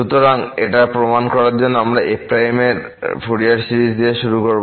সুতরাং এটি প্রমাণ করার জন্য আমরা f এর ফুরিয়ার সিরিজ দিয়ে শুরু করব